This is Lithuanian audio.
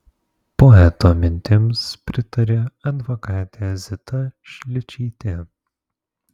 poeto mintims pritarė advokatė zita šličytė